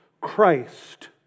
Christ